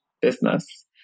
business